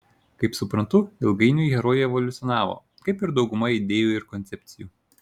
kaip suprantu ilgainiui herojai evoliucionavo kaip ir dauguma idėjų ir koncepcijų